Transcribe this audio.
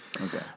Okay